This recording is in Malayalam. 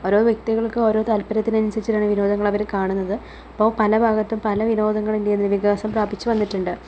ഓരോ വ്യക്തികള്ക്ക് ഓരോ താല്പര്യത്തിന് അനുസരിച്ചിട്ടാണ് വിനോദങ്ങള് അവർ കാണുന്നത് അപ്പോൾ പല ഭാഗത്തും പല വിനോദങ്ങൾ ഇന്ത്യയിൽ വികാസം പ്രാപിച്ചു വന്നിട്ടുണ്ട്